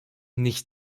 nicht